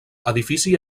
edifici